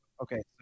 Okay